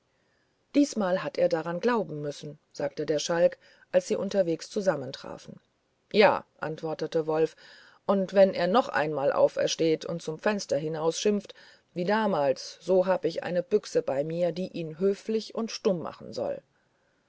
diesmal hat er doch daran glauben müssen sagte der schalk als sie unterwegs zusammen trafen ja antwortete wolf und wenn er noch einmal aufersteht und zum fenster herausschimpft wie damals so hab ich eine büchse bei mir die ihn höflich und stumm machen soll